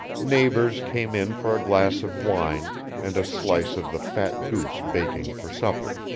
neighbors came in for a glass of wine and a slice of the fat goose baking for supper.